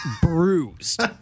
bruised